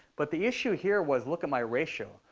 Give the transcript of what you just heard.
but the issue here was look at my ratio.